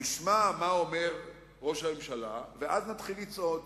נשמע מה אומר ראש הממשלה ואז נתחיל לצעוד.